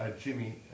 Jimmy